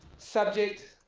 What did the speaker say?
subject,